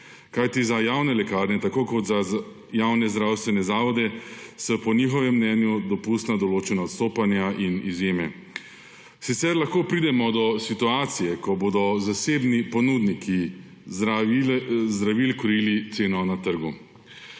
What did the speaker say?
kajti za javne lekarne tako kot za javne zdravstvene zavode so po njihovem mnenju dopustna določena odstopanja in izjeme. Sicer lahko pridemo do situacije, ko bodo zasebni ponudniki zdravil kurili ceno na trgu.